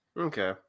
Okay